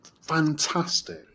fantastic